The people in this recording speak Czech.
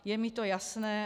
Je mi to jasné.